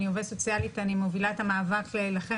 אני עובדת סוציאלית ואני מובילה את המאבק להילחם